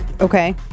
Okay